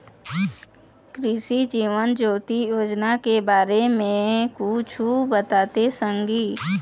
कृसि जीवन ज्योति योजना के बारे म कुछु बताते संगी